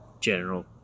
General